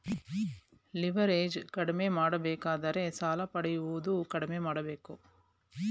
leverage ಕಡಿಮೆ ಮಾಡಬೇಕಾದರೆ ಸಾಲ ಪಡೆಯುವುದು ಕಡಿಮೆ ಮಾಡಬೇಕು